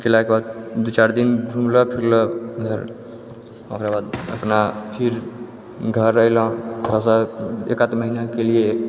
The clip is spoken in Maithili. अएलाके बाद दू चारि दिन घूमलऽ फिरलऽ ओकर बाद अपना फिर घर अएलहुँ घरसँ एक आध महिनाके लिए